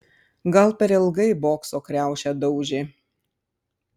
gal per ilgai bokso kriaušę daužė